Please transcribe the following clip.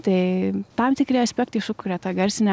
tai tam tikri aspektai sukuria tą garsinę